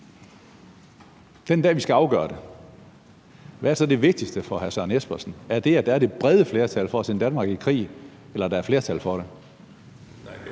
den dag, vi skal afgøre det, hvad er så er det vigtigste for hr. Søren Espersen? Er det, at der er det brede flertal for at sende Danmark i krig,